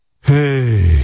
hey